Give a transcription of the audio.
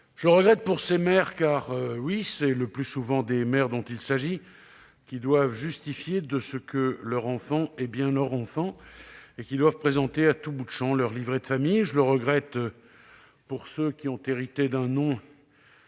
Je le regrette pour ces mères- de fait, c'est le plus souvent des mères qu'il s'agit -qui doivent justifier que leur enfant est bien le leur et présenter à tout bout de champ leur livret de famille. Je le regrette pour ceux qui ont hérité d'un nom